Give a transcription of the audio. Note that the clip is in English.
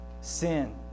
sin